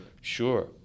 Sure